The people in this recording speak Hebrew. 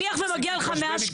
אמרתי, אני